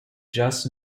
just